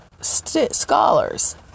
scholars